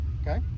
Okay